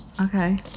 Okay